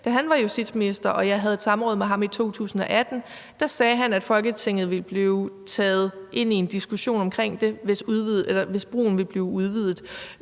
under et samråd, jeg havde med ham i 2018, at Folketinget ville blive taget ind i en diskussion om det, hvis brugen ville blive udvidet.